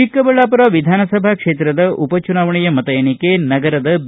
ಚಿಕ್ಕಬಳ್ಯಾಪುರ ವಿಧಾನಸಭಾ ಕ್ಷೇತ್ರದ ಉಪ ಚುನಾವಣೆಯ ಮತ ಎಣಿಕೆ ನಗರದ ಬಿ